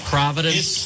Providence